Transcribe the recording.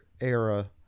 era